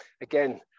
Again